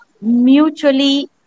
mutually